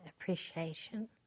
appreciation